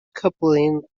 coupling